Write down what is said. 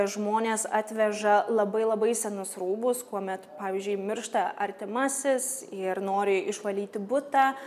žmonės atveža labai labai senus rūbus kuomet pavyzdžiui miršta artimasis ir nori išvalyti butą